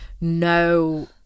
No